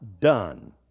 done